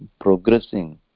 progressing